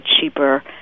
cheaper